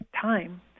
time